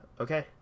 okay